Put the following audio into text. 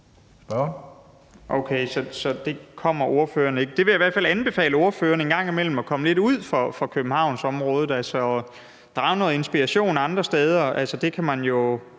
Jeg vil i hvert fald anbefale ordføreren en gang imellem at komme lidt uden for Københavnsområdet og få noget inspiration andre steder